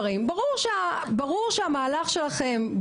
הדבר השני שאני רוצה לומר, וזה דבר לא פחות חשוב.